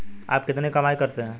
आप कितनी कमाई करते हैं?